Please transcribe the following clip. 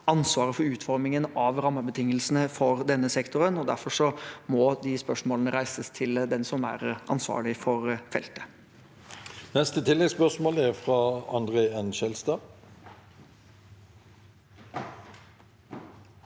ansvar for utformingen av rammebetingelsene for denne sektoren, og derfor må de spørsmålene reises til den som er ansvarlig for feltet.